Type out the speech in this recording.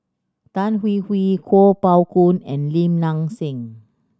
Tan Hwee Hwee Kuo Pao Kun and Lim Nang Seng